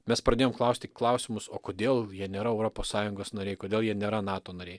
mes pradėjom klausti klausimus o kodėl jie nėra europos sąjungos nariai kodėl jie nėra nato nariai